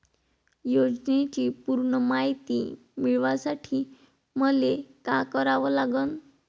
योजनेची पूर्ण मायती मिळवासाठी मले का करावं लागन?